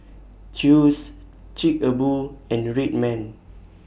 Chew's Chic A Boo and Red Man